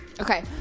Okay